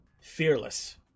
fearless